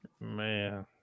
Man